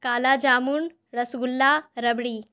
کالا جامن رس گلہ ربڑی